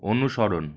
অনুসরণ